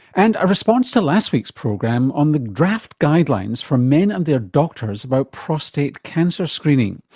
and a response to last week's program on the draft guidelines for men and their doctors about prostate cancer screening.